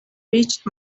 reached